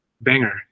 Banger